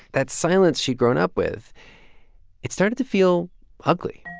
that silence she'd grown up with it started to feel ugly